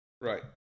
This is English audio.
right